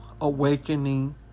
awakening